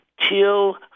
till